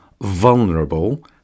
vulnerable